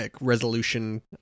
resolution